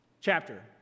chapter